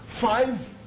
five